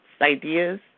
ideas